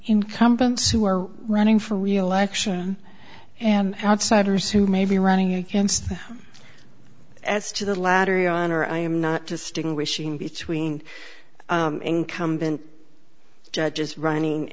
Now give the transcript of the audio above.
incumbents who are running for reelection and outsiders who may be running against as to the latter your honor i am not distinguishing between incumbent judges running